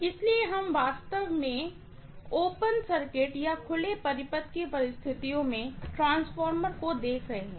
इसलिए हम वास्तव मेंओपन सर्किट की परिस्थितियों में ट्रांसफार्मर को देख रहे हैं